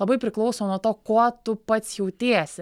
labai priklauso nuo to kuo tu pats jautiesi